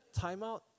Timeout